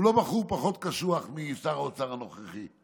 הוא לא בחור פחות קשוח משר האוצר הנוכחי,